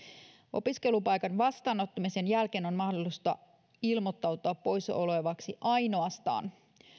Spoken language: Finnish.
opiskelupaikan vastaanottamisen jälkeen on mahdollista ilmoittautua poissa olevaksi ainoastaan